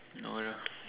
no lah